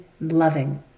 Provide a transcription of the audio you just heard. loving